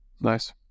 Nice